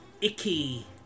icky